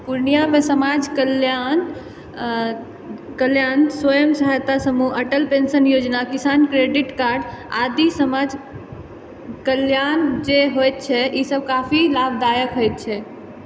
पुर्णियामे समाज कल्याण स्वयं सहायता समूह अटल पेंशन योजना किसान क्रेडिट कार्ड आदि समाज कल्याण जे होइत छै ईसभ काफी लाभदायक होइत छै